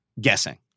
guessing